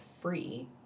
free